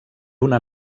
una